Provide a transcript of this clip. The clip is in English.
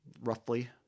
roughly